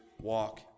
walk